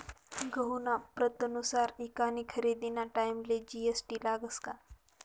गहूना प्रतनुसार ईकानी खरेदीना टाईमले जी.एस.टी लागस का?